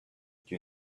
you